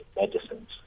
medicines